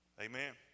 Amen